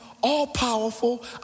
all-powerful